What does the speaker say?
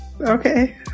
Okay